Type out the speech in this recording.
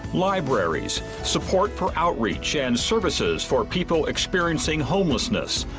libraries, support for outreach, and services for people experiencing homelessness,